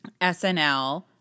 SNL